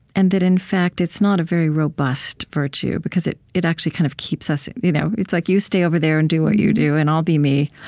and that, in fact, it's not a very robust virtue because it it actually kind of keeps us you know it's like, you stay over there and do what you do, and i'll be me.